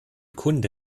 kunde